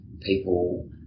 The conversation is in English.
people